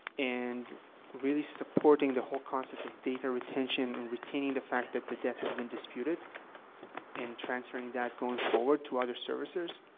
and really supporting the whole concept of data retention and retaining the fact that the debt has been disputed and transferring that, going forward, to other servicers,